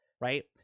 right